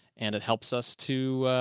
and it helps us to,